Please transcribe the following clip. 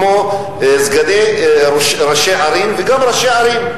כמו סגני ראשי ערים וגם ראשי ערים.